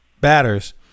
batters